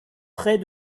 près